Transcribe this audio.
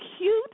cute